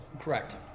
Correct